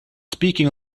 speaking